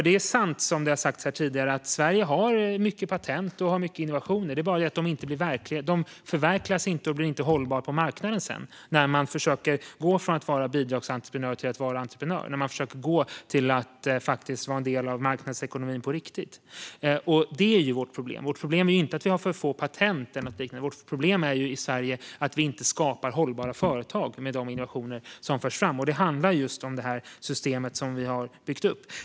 Det är sant som sagts här tidigare att Sverige har många patent och innovationer. Det är bara det att de inte blir verklighet. De förverkligas inte och blir inte hållbara på marknaden när man försöker gå från att vara bidragsentreprenör till att vara entreprenör och en del av marknadsekonomin på riktigt. Det är vårt problem. Vårt problem är inte att vi har för få patent eller något liknande. Vårt problem här i Sverige är att vi inte skapar hållbara företag med de innovationer som förs fram, och det handlar om systemet som vi har byggt upp.